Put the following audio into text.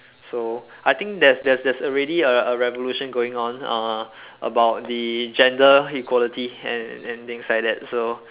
so I think there's there's there's already a a revolution going on uh about the gender equality and and things like that so